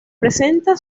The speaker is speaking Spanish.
presenta